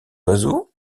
oiseaux